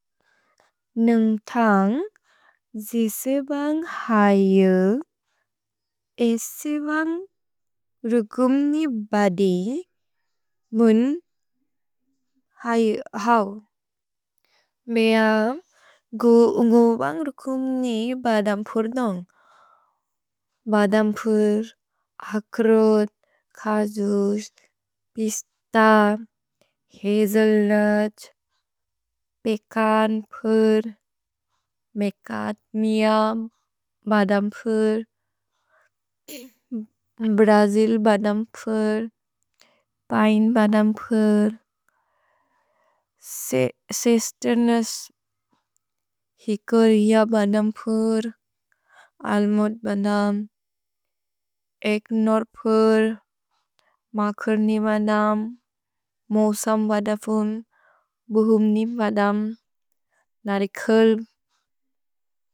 नेन्ग्थन्ग् जिसेबन्ग् हयु, एसेबन्ग् रुगुम्नि बदि, मुन् हौ। मेअम् गु उन्गु बन्ग् रुगुम्नि बदम्पुर् दोन्ग्। भदम्पुर्, अक्रोद्, खजुज्, पिस्त, हजेल्नुत्, पेकन्पुर्, मेकत् मेअम् बदम्पुर्, ब्रजिल् बदम्पुर्, पैन् बदम्पुर्, सिस्तेर्नुस्, हिकुरिअ बदम्पुर्, अल्मुद् बदम्पुर्, एग्नुर् पुर्, मकुर्नि बदम्पुर्, मुसम् बदम्पुर्, बुहुम्नि बदम्पुर्, नरिकुल्।